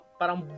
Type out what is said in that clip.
parang